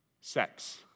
sex